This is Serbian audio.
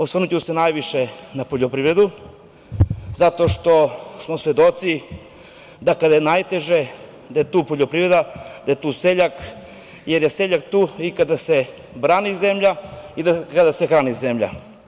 Osvrnuću se najviše na poljoprivredu zato što smo svedoci da kada je najteže da je tu poljoprivreda, da je tu seljak, jer je seljak tu i kada se brani zemlja i kada se hrani zemlja.